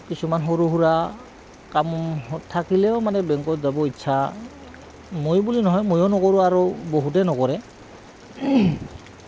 কিছুমান সৰু সুৰা কাম থাকিলেও মানে বেংকত যাব ইচ্ছা মই বুলি নহয় ময়ো নকৰোঁ আৰু বহুতেই নকৰে